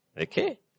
Okay